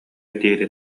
диэри